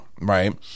right